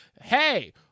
Hey